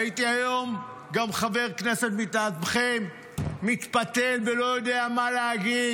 ראיתי היום גם חבר כנסת מטעמכם מתפתל ולא יודע מה להגיד